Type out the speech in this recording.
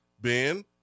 Ben